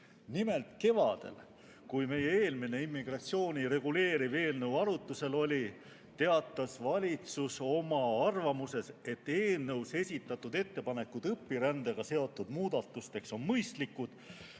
Nimelt kevadel, kui meie eelmine immigratsiooni reguleeriv eelnõu arutlusel oli, teatas valitsus oma arvamuses, et eelnõus esitatud ettepanekud õpirändega seotud muudatusteks on mõistlikud,